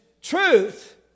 truth